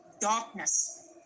darkness